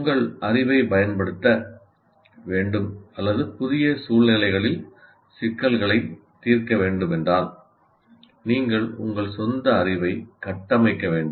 உங்கள் அறிவைப் பயன்படுத்த வேண்டும் அல்லது புதிய சூழ்நிலைகளில் சிக்கல்களைத் தீர்க்க வேண்டும் என்றால் நீங்கள் உங்கள் சொந்த அறிவை கட்டமைக்க வேண்டும்